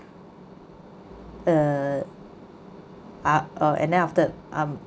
uh ah uh and then after um